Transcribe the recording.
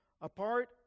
apart